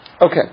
Okay